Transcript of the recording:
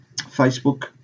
facebook